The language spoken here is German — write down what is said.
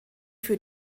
für